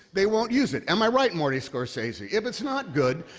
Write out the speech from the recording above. they won't use it. am i right, marty scorsese? if it's not good,